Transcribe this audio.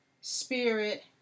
spirit